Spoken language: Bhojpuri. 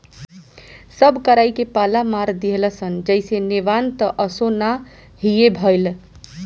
सब कराई के पाला मार देहलस जईसे नेवान त असो ना हीए भईल